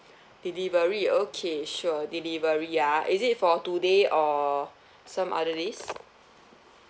delivery okay sure delivery ah is it for today or some other days